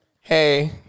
hey